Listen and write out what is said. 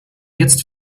jetzt